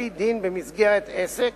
לפי דין במסגרת עסק,